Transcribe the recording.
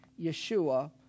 Yeshua